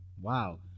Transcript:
wow